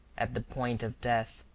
at the point of death,